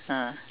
ah